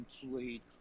complete